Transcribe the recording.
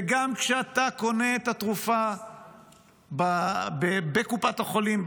וגם כשאתה קונה את התרופה בקופת החולים,